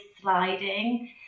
sliding